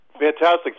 Fantastic